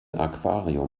aquarium